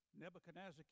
Nebuchadnezzar